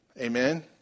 Amen